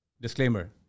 Disclaimer